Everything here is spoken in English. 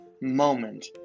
moment